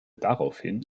daraufhin